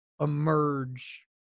emerge